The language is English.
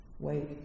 wait